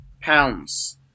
pounds